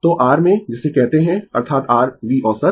तो r में जिसे कहते है अर्थात r V औसत